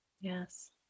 Yes